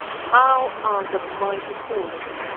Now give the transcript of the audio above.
how are the mighty fallen!